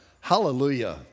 Hallelujah